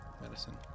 medicine